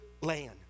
land